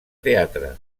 teatre